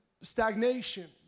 stagnation